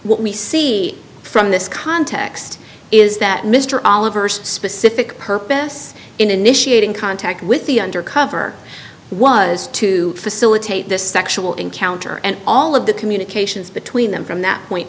what we see from this context is that mr oliver specific purpose in initiating contact with the undercover was to facilitate the sexual encounter and all of the communications between them from that point